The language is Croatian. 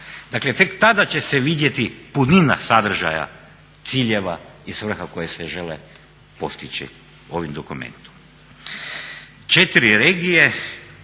Dakle, tek tada će se vidjeti punina sadržaja ciljeva i svrha koje se žele postići ovim dokumentom. Četiri regije,